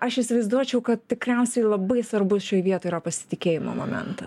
aš įsivaizduočiau kad tikriausiai labai svarbus šioj vietoj yra pasitikėjimo momenta